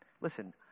listen